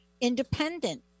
independent